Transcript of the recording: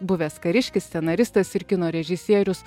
buvęs kariškis scenaristas ir kino režisierius